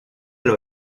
los